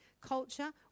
culture